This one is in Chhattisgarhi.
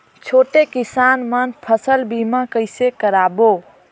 छोटे किसान मन फसल बीमा कइसे कराबो?